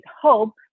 hope